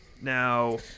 Now